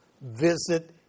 visit